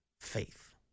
faith